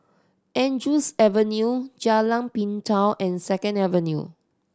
Andrews Avenue Jalan Pintau and Second Avenue